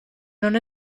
non